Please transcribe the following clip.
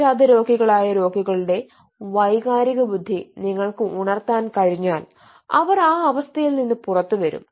വിഷാദരോഗികളായ രോഗികളുടെ വൈകാരിക ബുദ്ധി നിങ്ങൾക്ക് ഉണർത്താൻ കഴിഞ്ഞാൽ അവർ ആ അവസ്ഥയിൽ നിന്ന് പുറത്തുവരും